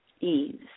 ease